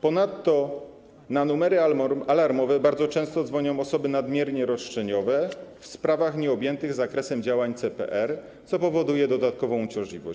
Ponadto na numery alarmowe bardzo często dzwonią osoby nadmiernie roszczeniowe w sprawach nieobjętych zakresem działań CPR, co powoduje dodatkową uciążliwość.